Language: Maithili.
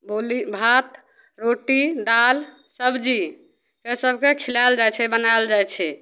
बोली भात रोटी दालि सबजी से सभकेँ खिलाएल जाइ छै बनाएल जाइ छै